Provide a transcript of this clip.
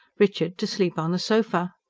richard to sleep on the sofa.